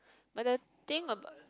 but the thing of